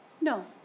No